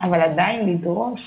אבל עדיין לדרוש